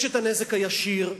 יש הנזק הישיר,